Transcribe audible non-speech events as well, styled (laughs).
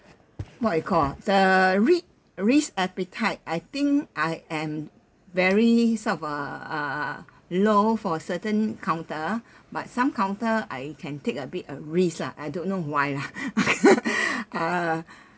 what you call ah the ri~ uh risk appetite I think I am very sort of uh low for a certain counter but some counter I can take a bit of risk lah I don't know why lah (laughs) uh